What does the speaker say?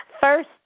First